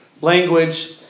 language